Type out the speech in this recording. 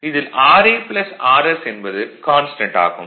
இதில் raRS என்பது constant ஆகும்